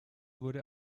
wurde